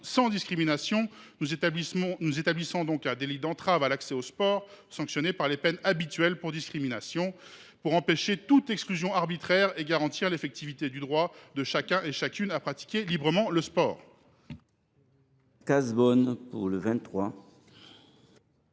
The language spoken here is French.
sans discrimination. Nous établissons donc un délit d’entrave à l’accès au sport, sanctionné par les peines habituelles pour discrimination, afin d’empêcher toute exclusion arbitraire et de garantir l’effectivité du droit de chacun à pratiquer librement le sport.